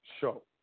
Show